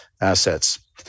assets